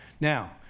Now